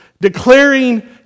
declaring